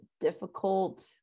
difficult